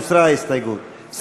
הוסרה ההסתייגות,